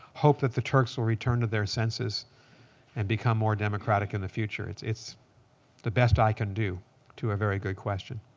hope that the turks will return to their senses and become more democratic in the future. it's it's the best i can do to a very good question.